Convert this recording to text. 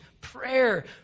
prayer